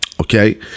okay